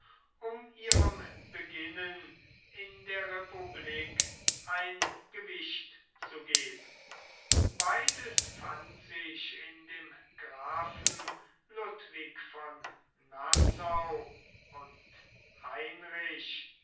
um ihrem beginnen in der republik ein gewicht zu geben beides fand sich in dem grafen ludwig von nassau und heinrich